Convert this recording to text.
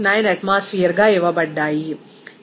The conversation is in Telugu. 9 అట్మాస్ఫియర్ గా ఇవ్వబడ్డాయి